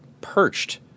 perched